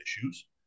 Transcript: issues